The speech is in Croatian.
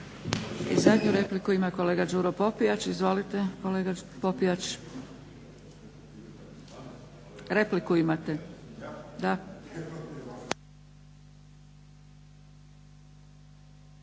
I zadnju repliku ima kolega Đuro Popijač. Izvolite kolega Popijač. Repliku imate.